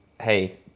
hey